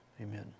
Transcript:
amen